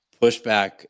pushback